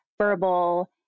verbal